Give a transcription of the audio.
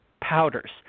powders